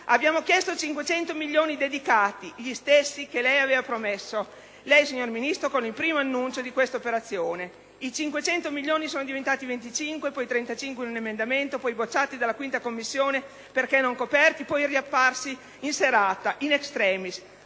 Abbiamo chiesto 500 milioni dedicati, gli stessi che lei, signor Ministro, aveva promesso con il primo annuncio di questa operazione. I 500 milioni sono diventati 25, poi 35 in un emendamento, poi bocciati dalla 5a Commissione perché non coperti, poi riapparsi in serata *in extremis*,